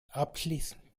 abschließend